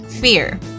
Fear